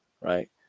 right